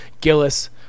Gillis